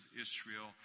Israel